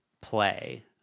play